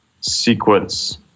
sequence